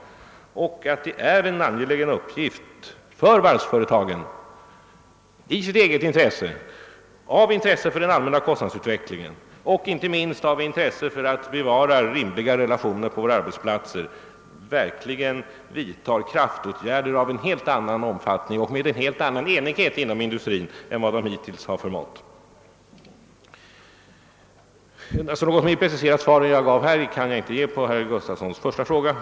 Det är en angelägen uppgift för varvsföretagen att — i eget intresse och ur den allmänna kostnadsutvecklingens synpunkt samt inte minst för att bevara rimliga relationer på våra arbetsplatser — vidta kraftåtgärder av helt annan omfattning och med en helt annan enighet inom industrin än vad man hittills har förmått. Något mera preciserat svar än det jag nu givit kan jag inte lämna på herr Gustafsons första fråga.